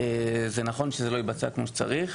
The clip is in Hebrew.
זה נכון שזה לא התבצע כמו שצריך,